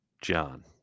John